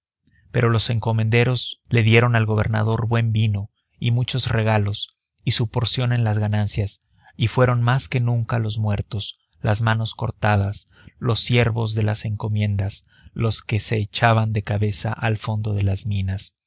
pero los encomenderos le dieron al gobernador buen vino y muchos regalos y su porción en las ganancias y fueron más que nunca los muertos las manos cortadas los siervos de las encomiendas los que se echaban de cabeza al fondo de las minas